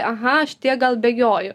aha aš tiek gal bėgioju